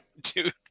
Dude